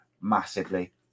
massively